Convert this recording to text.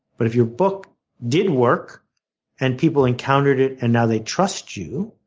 but if your book did work and people encountered it and now they trust you,